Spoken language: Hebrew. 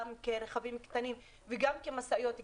כרכבים קטנים וגם כמשאיות כבדות.